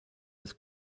his